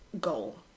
goal